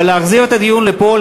ולהחזיר את הדיון לפה,